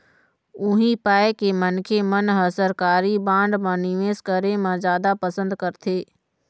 उही पाय के मनखे मन ह सरकारी बांड म निवेस करे म जादा पंसद करथे